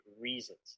reasons